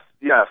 yes